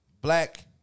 black